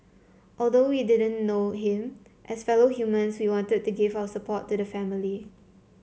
although we didn't know him as fellow humans we wanted to give our support to the family